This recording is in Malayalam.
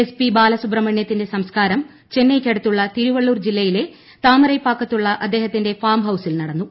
എസ് പി ബാലസുബ്രഹ്മണ്യത്തിന്റെ സംസ്ക്കാരം ചെന്നൈയ്ക്കടുത്തുള്ള തിരുവള്ളൂർ ജില്ലയിലെ താമരൈപാക്കത്തുള്ള അദ്ദേഹത്തിന്റെ ഫാം ഹൌസിൽ നടന്നു